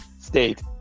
state